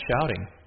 shouting